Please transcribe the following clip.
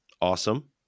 awesome